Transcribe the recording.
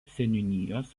seniūnijos